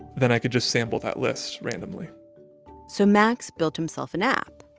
then i could just sample that list randomly so max built himself an app,